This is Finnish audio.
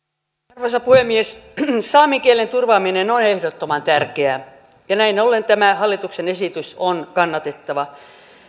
arvoisa puhemies saamen kielen turvaaminen on ehdottoman tärkeää ja näin ollen tämä hallituksen esitys on kannatettava